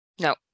No